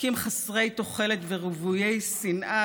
חוקים חסרי תוחלת ורוויי שנאה,